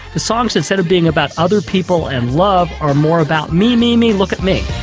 songs instead of being about other people and love, are more about me, me, me look at me.